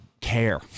care